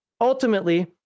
ultimately